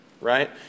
right